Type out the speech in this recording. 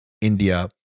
India